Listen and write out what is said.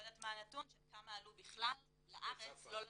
יודעת מה הנתון של כמה עלו בכלל לארץ מצרפת.